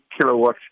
kilowatt